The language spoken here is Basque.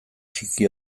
txiki